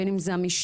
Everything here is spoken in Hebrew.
בין אם זה המשטרה,